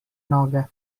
noge